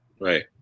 Right